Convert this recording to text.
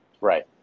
Right